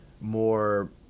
more